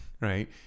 right